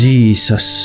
Jesus